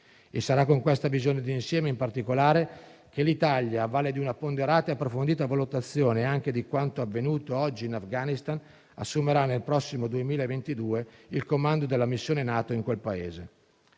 Sarà con questa visione di insieme, in particolare, che l'Italia, a valle di una ponderata e approfondita valutazione anche di quanto avvenuto oggi in Afghanistan, assumerà nel prossimo 2022 il comando della missione NATO in quel Paese.